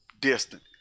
distant